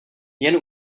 jen